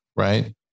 Right